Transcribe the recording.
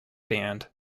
band